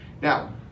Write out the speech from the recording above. now